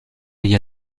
degli